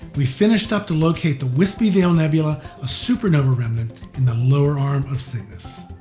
we finished up to locate the wispy veil nebula, a supernova remnant in the lower arm of cygnus.